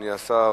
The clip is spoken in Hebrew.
אדוני השר,